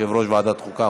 יושב-ראש ועדת החוקה,